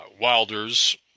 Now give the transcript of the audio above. wilders